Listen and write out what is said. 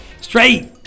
straight